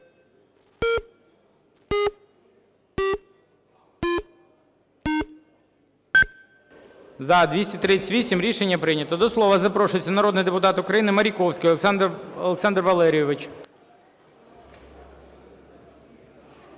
За-238 Рішення прийнято. До слова запрошується народний депутат України Маріковський Олександр Валерійович.